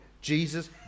Jesus